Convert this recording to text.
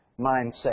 mindset